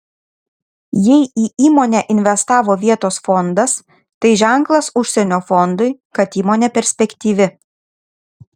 jei į įmonę investavo vietos fondas tai ženklas užsienio fondui kad įmonė perspektyvi